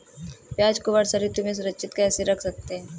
प्याज़ को वर्षा ऋतु में सुरक्षित कैसे रख सकते हैं?